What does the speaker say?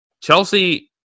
Chelsea